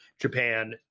japan